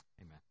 Amen